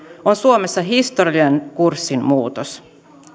on suomessa historiallinen kurssinmuutos